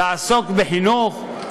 לעסוק בחינוך,